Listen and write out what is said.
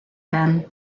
then